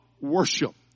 worship